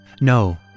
No